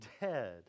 dead